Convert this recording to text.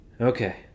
Okay